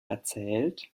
erzählt